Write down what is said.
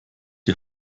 die